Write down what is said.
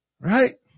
right